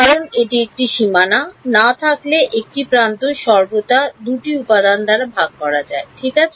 কারণ এটি একটি সীমানা না থাকলে একটি প্রান্ত সর্বদা 2 টি উপাদান দ্বারা ভাগ করা যায় ঠিক আছে